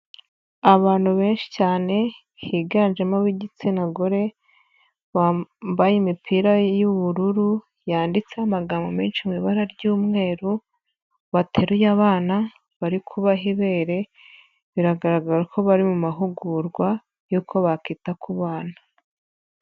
Abantu benshi cyane higanjemo ab'igitsina gore, bambaye imipira y'ubururu yanditseho amagambo menshi mu ibara ry'umweru, bateruye abana bari kuba ibere biragaragara ko bari mu mahugurwa y'uko bakwita ku bana.